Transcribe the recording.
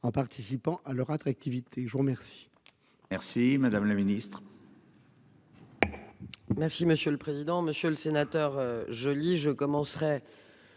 en participant à leur attractivité. Je vous remercie.